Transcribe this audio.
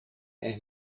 and